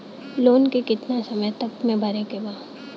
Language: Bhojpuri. लोन के कितना समय तक मे भरे के बा?